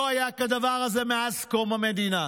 לא היה כדבר הזה מאז קום המדינה.